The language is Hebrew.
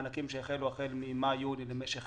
הענקים החלו החל ממאי-יולי למשך